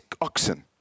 oxen